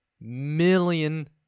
million